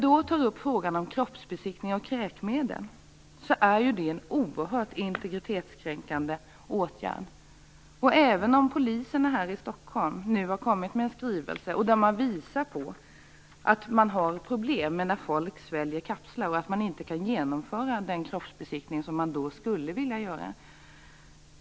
Så till frågan om kroppsbesiktning och kräkmedel. Det är ju en oerhört integritetskränkande åtgärd. Poliserna här i Stockholm har nu kommit med en skrivelse. Där visar man på att man har problem när folk sväljer kapslar och att man inte kan genomföra den kroppsbesiktning man skulle vilja göra.